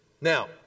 now